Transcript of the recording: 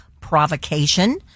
provocation